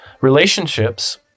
Relationships